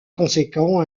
conséquent